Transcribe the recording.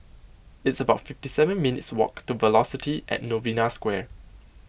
it's about fifty seven minutes' walk to Velocity at Novena Square